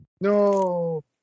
No